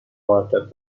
مرتب